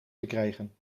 gekregen